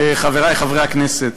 חברי חברי הכנסת,